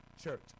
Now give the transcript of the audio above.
church